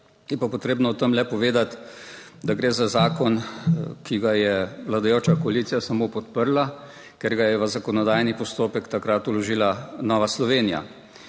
Je pa potrebno o tem le povedati, da gre za zakon, ki ga je vladajoča koalicija samo podprla, ker ga je v zakonodajni postopek takrat vložila Nova Slovenija,